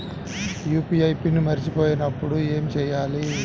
UPI PIN మరచిపోయినప్పుడు ఏమి చేయాలి?